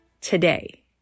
today